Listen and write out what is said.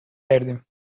کردیم